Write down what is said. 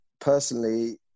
personally